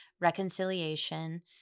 reconciliation